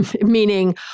meaning